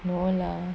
no lah